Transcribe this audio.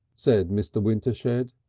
said mr. wintershed.